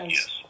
Yes